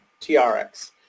TRX